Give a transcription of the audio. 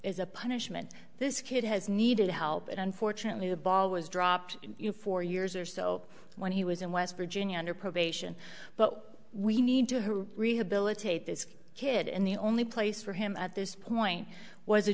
is a punishment this kid has needed help and unfortunately the ball was dropped for years or so when he was in west virginia under probation but we need to who rehabilitate this kid and the only place for him at this point was a